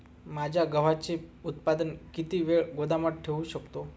माझे गव्हाचे उत्पादन किती वेळ गोदामात ठेवू शकतो?